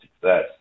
success